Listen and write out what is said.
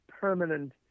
permanent